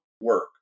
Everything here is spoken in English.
work